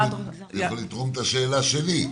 אני יכול לתרום את השאלה שלי.